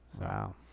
Wow